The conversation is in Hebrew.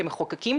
כמחוקקים,